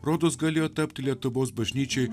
rodos galėjo tapti lietuvos bažnyčiai